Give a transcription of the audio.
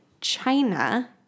China